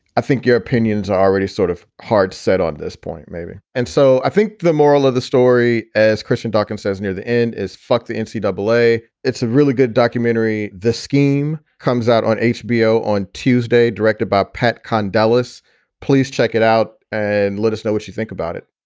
i think your opinions are already sort of heart set on this point, maybe. and so i think the moral of the story, as christian dawkins says near the end is fuck the and nc double-a. it's a really good documentary. the scheme comes out on hbo on tuesday, directed by pat condello's please check it out and let us know what you think about it